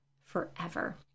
forever